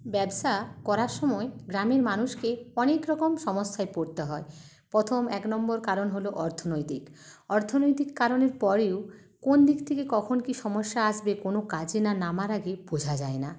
ব্যবসা করার সময় গ্রামের মানুষকে অনেক রকম সমস্যায় পড়তে হয় প্রথম এক নম্বর কারণ হল অর্থনৈতিক অর্থনৈতিক কারণের পরেও কোন দিক থেকে কখন কি সমস্যা আসবে কোনো কাজে না নামার আগে বোঝা যায় না